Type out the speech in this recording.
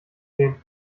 gesehen